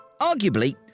Arguably